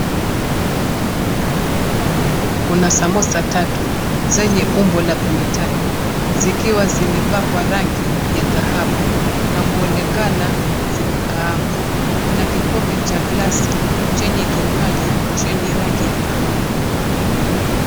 Sahani nyeupe kuna samosa tatu zenye umbo la pembe tatu zikiwa zimepakwa rangi ya dhahabu na kuonekana zimekaangwa. Kuna kikombe cha glasi chenye kinywaji chenye rangi ya kahawia.